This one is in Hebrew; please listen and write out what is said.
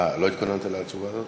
אה, לא התכוננת לתשובה הזאת?